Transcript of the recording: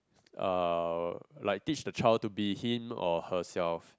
uh like teach the child to be him or herself